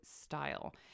style